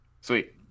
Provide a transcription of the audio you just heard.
sweet